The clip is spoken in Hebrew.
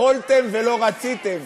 יכולתם ולא רציתם,